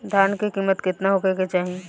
धान के किमत केतना होखे चाही?